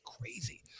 crazy